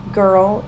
girl